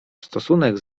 stosunek